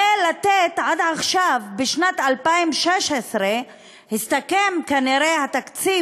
ולתת עד עכשיו בשנת 2016 הסתכם כנראה התקציב